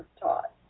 taught